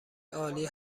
عالی